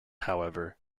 however